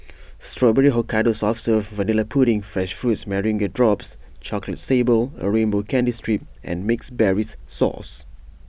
Strawberry Hokkaido soft serve Vanilla pudding fresh fruits meringue drops chocolate sable A rainbow candy strip and mixed berries sauce